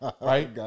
right